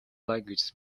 languages